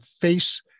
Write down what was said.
face